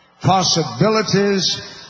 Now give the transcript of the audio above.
possibilities